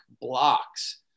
blocks